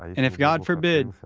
and if god forbid,